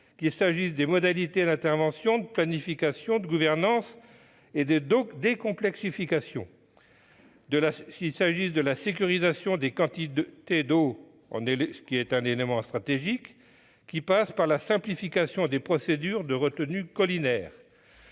qu'il s'agisse : des modalités d'intervention, de planification, de gouvernance et de décomplexification ; de la sécurisation des quantités de l'eau, élément stratégique qui passe par la simplification des procédures de retenues collinaires